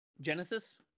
Genesis